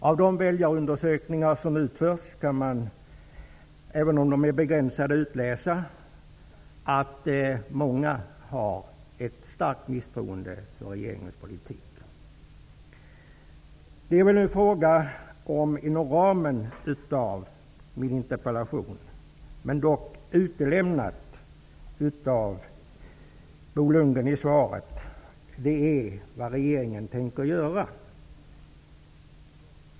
Av de väljarundersökningar som utförts kan man, även om de är begränsade, utläsa att många har en stark misstro till regeringens politik. Lundgren i svaret.